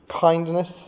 kindness